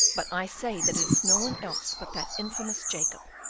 but i say that it is no one else but that infamous jacob.